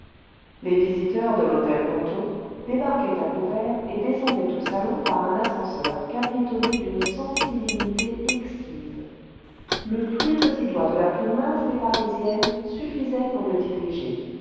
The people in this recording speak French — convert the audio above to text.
les visiteurs de l'hôtel ponto débarquaient à couvert et descendaient le vingtième siècle aux salons par un ascenseur capitonné d'une sensibilité exquise le plus petit doigt de la plus mince des parisiennes suffisait pour le diriger